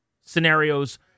scenarios